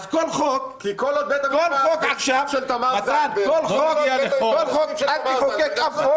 אז כל חוק -- כי כל עוד בית המשפט ----- אז אל תחוקק אף חוק.